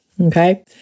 Okay